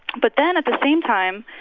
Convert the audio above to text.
but then, at the same time,